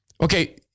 Okay